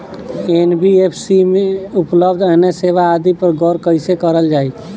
NBFC में उपलब्ध अन्य सेवा आदि पर गौर कइसे करल जाइ?